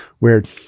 Weird